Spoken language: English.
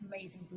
amazing